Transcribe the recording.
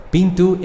Pintu